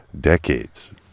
decades